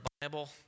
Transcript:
Bible